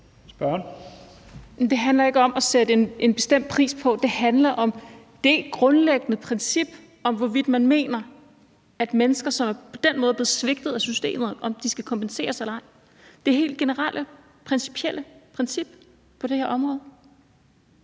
Det handler ikke om at sætte en bestemt pris på. Det handler om det grundlæggende princip om, hvorvidt man mener, at mennesker, som på den måde er blevet svigtet af systemet, skal kompenseres eller ej. Det er det helt generelle princip på det her område.